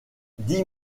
dix